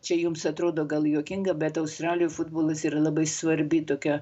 čia jums atrodo gal juokinga bet australijoj futbolas yra labai svarbi tokia